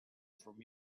from